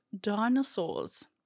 dinosaurs